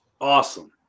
Awesome